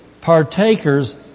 partakers